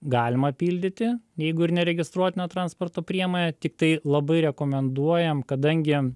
galima pildyti jeigu ir neregistruotina transporto priemonė tiktai labai rekomenduojam kadangi